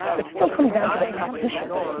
it still comes down to the practitioner.